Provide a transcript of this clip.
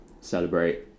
celebrate